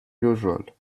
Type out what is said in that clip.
usual